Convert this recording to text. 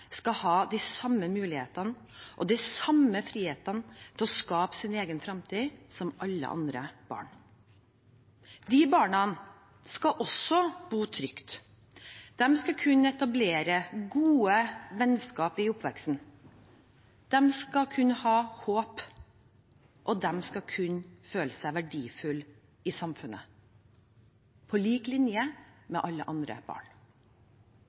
skal ha de samme mulighetene og den samme friheten til å skape sin egen framtid som alle andre barn. De barna skal også bo trygt. De skal kunne etablere gode vennskap i oppveksten. De skal kunne ha håp, og de skal kunne føle seg verdifulle i samfunnet – på lik linje med alle andre barn.